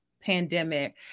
pandemic